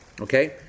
okay